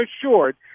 assured